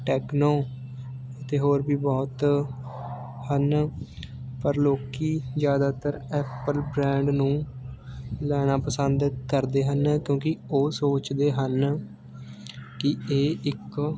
techno ਅਤੇ ਹੋਰ ਵੀ ਬਹੁਤ ਹਨ ਪਰ ਲੋਕ ਜ਼ਿਆਦਾਤਰ ਐਪਲ ਬ੍ਰੈਂਡ ਨੂੰ ਲੈਣਾ ਪਸੰਦ ਕਰਦੇ ਹਨ ਕਿਉਂਕਿ ਉਹ ਸੋਚਦੇ ਹਨ ਕਿ ਇਹ ਇੱਕ